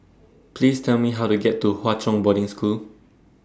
Please Tell Me How to get to Hwa Chong Boarding School